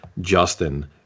Justin